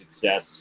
success